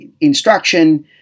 instruction